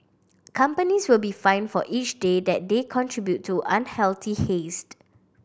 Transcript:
companies will be fined for each day that they contribute to unhealthy hazed